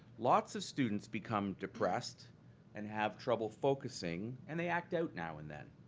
lots of students become depressed and have trouble focusing and they act out now and then.